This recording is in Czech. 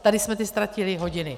Tady jsme teď ztratili hodiny.